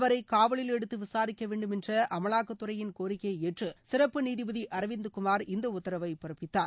அவரை காவலில் எடுத்து விசாரிக்க வேண்டும் என்ற அமலாக்கத்துறையிள் கோரிக்கையை ஏற்று சிறப்பு நீதிபதி அரவிந்த்குமார் இந்த உத்தரவை பிறப்பித்தார்